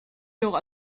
aura